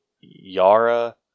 Yara